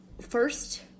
first